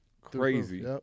Crazy